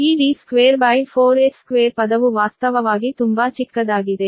ಆದಾಗ್ಯೂ ಈ D24h2 ಪದವು ವಾಸ್ತವವಾಗಿ ತುಂಬಾ ಚಿಕ್ಕದಾಗಿದೆ